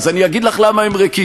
אז אני אגיד לך למה הם ריקים.